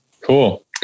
cool